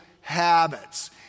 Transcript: habits